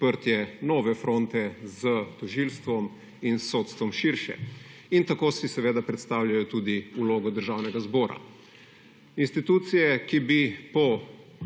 odprtje nove fronte s tožilstvom in sodstvom širše. In tako si seveda predstavljajo tudi vlogo Državnega zbora. Institucije, ki bi po